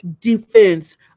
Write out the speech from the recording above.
defense